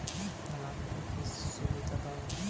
কৃষক বন্ধু প্রকল্প কার্ড করতে কি কি লাগবে ও কি সুবিধা পাব?